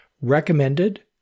recommended